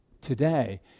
Today